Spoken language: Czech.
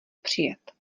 přijet